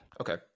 okay